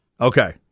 Okay